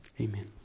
Amen